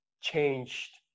changed